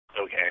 Okay